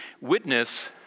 witness